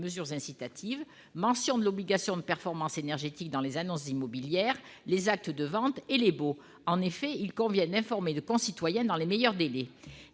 mesures incitatives : mention de l'obligation de performance énergétique dans les annonces immobilières, les actes de vente et les baux. En effet, il convient d'informer nos concitoyens dans les meilleurs délais.